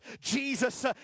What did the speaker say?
Jesus